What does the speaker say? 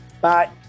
Bye